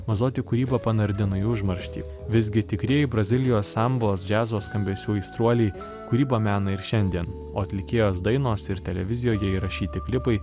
mazoti kūrybą panardino į užmarštį visgi tikrieji brazilijos sambos džiazo skambesių aistruoliai kūrybą mena ir šiandien o atlikėjos dainos ir televizijoje įrašyti klipai